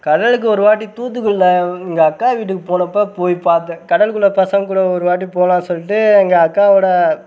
கடலுக்கு ஒருவாட்டி தூத்துக்குடியில் எங்கள் அக்கா வீட்டுக்கு போனப்போ போய் பார்த்தேன் கடலுக்குள்ளே பசங்கள் கூட ஒருவாட்டி போகலான்னு சொல்லிட்டு எங்கள் அக்காவோடய